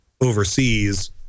overseas